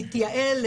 להתייעל,